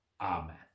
Amen